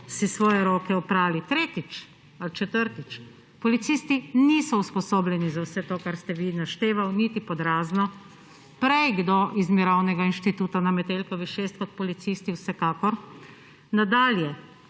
svoje roke oprali. Tretjič ali četrtič, policisti niso usposobljeni za vse to, kar ste vi naštevali, niti pod razno, prej kdo iz Mirovnega inštituta na Metelkovi 6 kot policisti. Vsekakor. Nadalje,